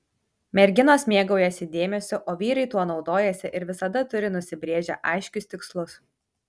merginos mėgaujasi dėmesiu o vyrai tuo naudojasi ir visada turi nusibrėžę aiškius tikslus